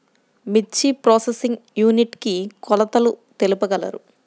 మిర్చి processing unit కి కొలతలు తెలుపగలరు?